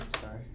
Sorry